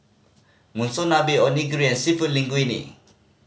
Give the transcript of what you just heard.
Monsunabe Onigiri and Seafood Linguine